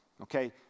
okay